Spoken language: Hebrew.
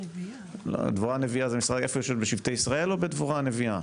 או בדבורה הנביאה?